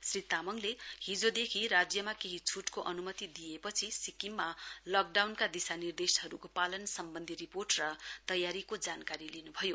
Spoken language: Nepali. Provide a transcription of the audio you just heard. श्री तामाङले हिजोदेखि केही छूटको अनुमति दिइएपछि सिक्किममा लकडाउनका दिशानिर्देशहरूको पालन सम्बन्धी रिर्पोट र तयारीको जानकारी लिनुभयो